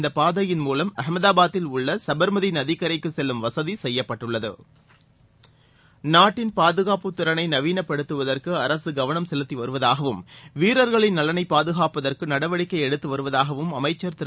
இந்தப் பாதையின் மூலம் அகமதாபாத்தில் உள்ள் சபர்மதிநதிக்கரைக்குசெல்லும் வசதிசெய்யப்பட்டுள்ளது நாட்டின் பாதுகாப்பு திறனைநவீனப்படுத்துவதற்குஅரசுகவனம் செலுத்திவருவதாகவும் வீரர்களின் நலனைப் பாதுகாப்பதற்குநடவடிக்கைஎடுத்துவருவதாகவும் அமைச்சர் திரு